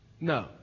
No